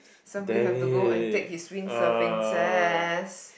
somebody have to go and take his windsurfing test